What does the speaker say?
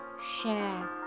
share